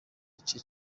igice